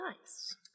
Nice